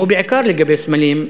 ובעיקר לגבי סמלים,